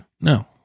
No